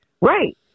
Right